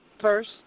first